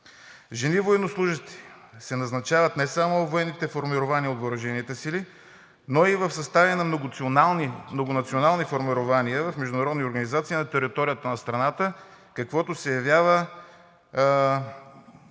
Жени военнослужещи се назначават не само във военните формирования на въоръжените сили, но и в състава на многонационалните формирования в международни организации на територията на страната, каквото се явява